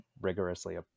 rigorously